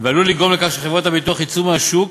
ועלול לגרום לכך שחברות הביטוח יצאו מהשוק